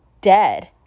dead